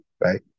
right